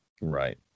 Right